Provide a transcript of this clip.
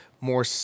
more